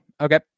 Okay